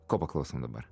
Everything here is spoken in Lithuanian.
ko paklausom dabar